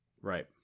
Right